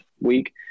Week